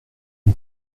une